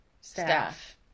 staff